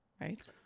Right